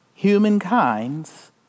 humankind's